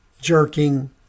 jerking